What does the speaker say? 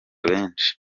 benshi